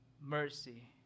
mercy